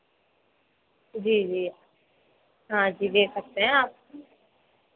जी जी हाँ जी ले सकते हैं आप